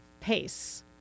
pace